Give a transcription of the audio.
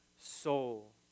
soul